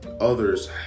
others